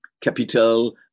capital